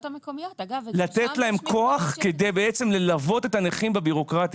לתת להן כוח כדי ללוות את הנכים בבירוקרטיה.